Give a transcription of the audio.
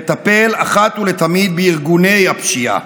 לטפל אחת ולתמיד בארגוני הפשיעה.